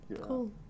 Cool